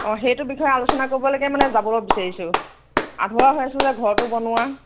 অঁ সেইটো বিষয়ে আলোচনা কৰিবলৈকে মানে যাবলৈ বিচাৰিছোঁ আধৰুৱা হৈ আছে যে ঘৰটো বনোৱা